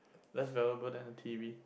less valuable than a t_v